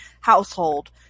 household